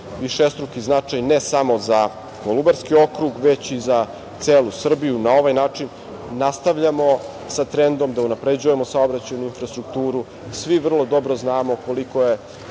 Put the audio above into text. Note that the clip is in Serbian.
višestruki značaj ne samo za Kolubarski okrug, već i za celu Srbiju. Na ovaj način nastavljamo sa trendom da unapređujemo saobraćajnu infrastrukturu. Svi vrlo dobro znamo koliko je